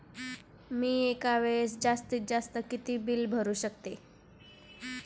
मी एका वेळेस जास्तीत जास्त किती बिल भरू शकतो?